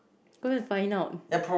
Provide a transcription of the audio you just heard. go and find out